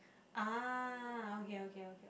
ah okay okay okay